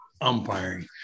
umpiring